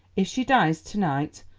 if she dies to-night,